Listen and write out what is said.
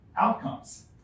outcomes